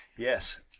Yes